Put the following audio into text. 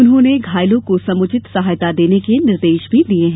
उन्होंने घायलों को समुचित सहायता के निर्देश भी दिये हैं